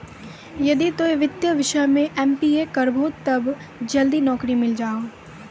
यदि तोय वित्तीय विषय मे एम.बी.ए करभो तब जल्दी नैकरी मिल जाहो